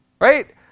right